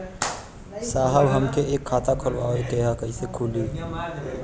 साहब हमके एक खाता खोलवावे के ह कईसे खुली?